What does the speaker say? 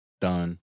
Done